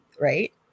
right